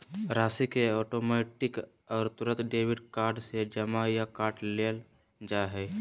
राशि के ऑटोमैटिक और तुरंत डेबिट कार्ड से जमा या काट लेल जा हइ